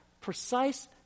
precise